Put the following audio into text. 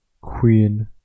queen